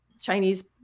Chinese